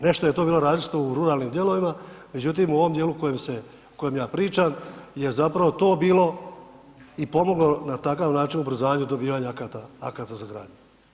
Nešto je to bilo različito u ruralnim dijelovima, međutim u ovom dijelu kojim se, o kojem ja pričam je zapravo to bilo i pomoglo na takav način ubrzanju dobivanja akata za gradnju.